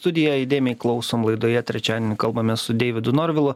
studija įdėmiai klausom laidoje trečiadienį kalbamės su deividu norvilu